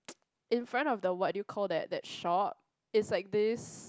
in front of the what do you call that that shop it's like this